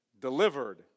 delivered